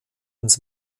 ins